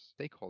stakeholders